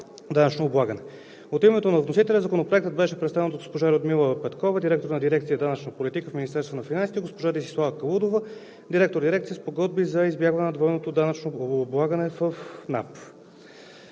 данъчно облагане. От името на вносителя Законопроектът беше представен от госпожа Людмила Петкова – директор на дирекция „Данъчна политика“ в Министерството на финансите, и госпожа Десислава Калудова – директор на дирекция „Спогодби за избягване на двойното данъчно облагане“ в НАП.